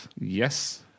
Yes